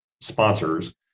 sponsors